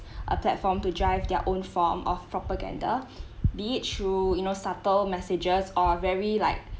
a platform to drive their own form of propaganda be it through you know subtle messages or very like